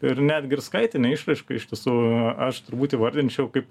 ir netgi ir skaitinę išraišką iš tiesų aš turbūt įvardinčiau kaip